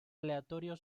aleatorio